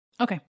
Okay